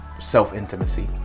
self-intimacy